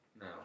No